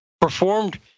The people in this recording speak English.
performed